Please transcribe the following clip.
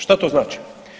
Što to znači?